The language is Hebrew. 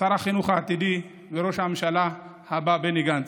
שר החינוך העתידי וראש הממשלה הבא בני גנץ,